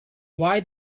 why